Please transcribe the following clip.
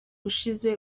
ushize